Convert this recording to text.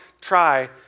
try